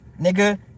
nigga